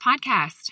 podcast